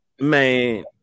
Man